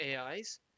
AIs